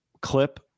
Clip